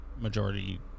majority